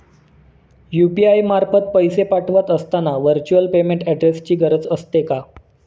UPI मार्फत पैसे पाठवत असताना व्हर्च्युअल पेमेंट ऍड्रेसची गरज असते का?